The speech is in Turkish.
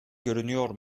görünüyor